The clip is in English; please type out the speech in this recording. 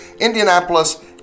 indianapolis